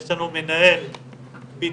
יש לנו מנהל בטחון